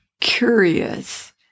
curious